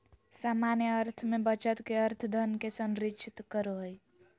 सामान्य अर्थ में बचत के अर्थ धन के संरक्षित करो हइ